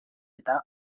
eta